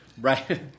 right